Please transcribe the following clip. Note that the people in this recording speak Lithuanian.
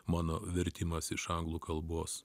mano vertimas iš anglų kalbos